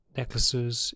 necklaces